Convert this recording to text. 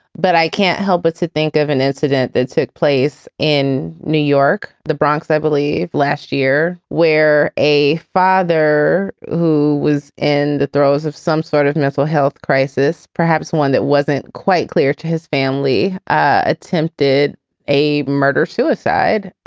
but i can't help but to think of an incident that took place in new york, the bronx, i believe, last year, where a father who was in the throes of some sort of mental health crisis, perhaps one that wasn't quite clear to his family, attempted a murder suicide.